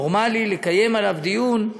נורמלי, לקיים עליו דיון.